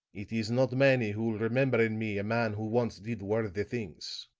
it is not many who will remember in me a man who once did worthy things.